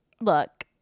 Look